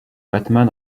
batman